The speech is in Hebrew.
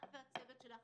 את והצוות שלך,